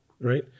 right